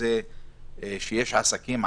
וזה שיש עדיין עסקים,